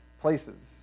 places